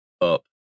up